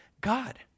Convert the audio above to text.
God